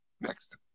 Next